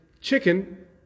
chicken